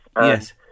Yes